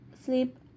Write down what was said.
sleep